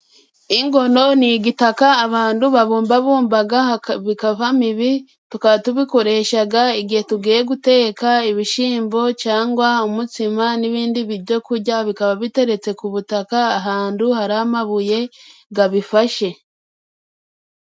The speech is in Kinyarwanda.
Ingono ni igitaka abandu babumbabumbaga, bikavamo ibi tukaba tubikoreshaga igihe tugiye guteka ibishyimbo, cyangwa umutsima n'ibindi byokurya. Bikaba biteretse ku butaka ahandu hari amabuye gabifashe.